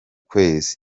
kwezi